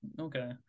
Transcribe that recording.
okay